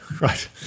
right